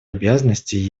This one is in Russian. обязанностей